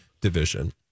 division